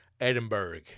Edinburgh